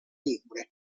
ligure